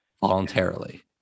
voluntarily